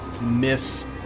miss